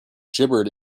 gibbered